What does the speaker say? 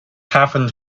happened